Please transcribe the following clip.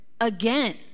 again